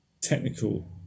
technical